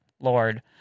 Lord